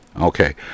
okay